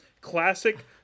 classic